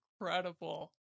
incredible